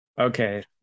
Okay